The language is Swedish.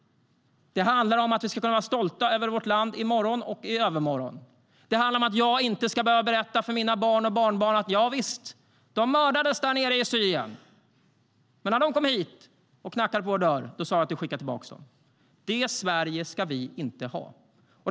Det handlar om att vi ska vara stolta över vårt land i morgon och i övermorgon. Det handlar om att jag inte ska behöva berätta för mina barn och barnbarn att javisst, de riskerade att mördas där nere i Syrien, men när de kom hit och knackade på vår dörr skickade vi tillbaka dem. Ett sådant Sverige ska vi inte ha.